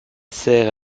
sert